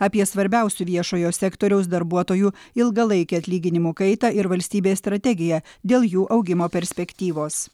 apie svarbiausių viešojo sektoriaus darbuotojų ilgalaikę atlyginimų kaitą ir valstybės strategiją dėl jų augimo perspektyvos